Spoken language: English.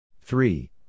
Three